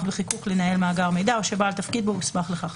בחיקוק לנהל מאגר מידע או שבעל תפקיד בו הוסמך לכך